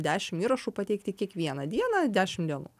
dešimt įrašų pateikti kiekvieną dieną dešimt dienų